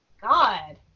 God